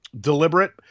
deliberate